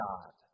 God